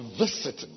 visit